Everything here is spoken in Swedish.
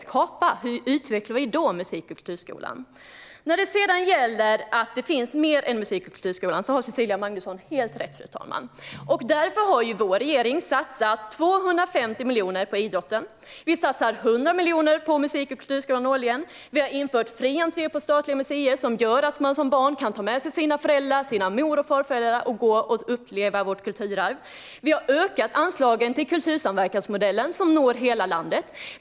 Hur ska vi då utveckla musik och kulturskolan? När det gäller att det finns mer än musik i kulturskolan har Cecilia Magnusson helt rätt. Därför satsar regeringen 250 miljoner på idrotten. Vi satsar 100 miljoner på musik och kulturskolan årligen. Vi har infört fri entré på statliga museer, vilket gör att barn kan ta med sig sina föräldrar eller mor och farföräldrar och gå och uppleva vårt kulturarv. Vi har ökat anslagen till kultursamverkansmodellen, som når hela landet.